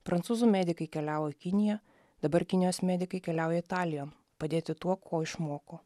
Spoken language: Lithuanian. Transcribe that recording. prancūzų medikai keliavo į kiniją dabar kinijos medikai keliauja italijon padėti tuo ko išmoko